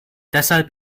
deshalb